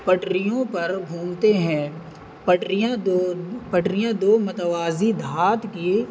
پٹریوں پر گھومتے ہیں پٹریاں دو پٹریاں دو متوازی دھات کی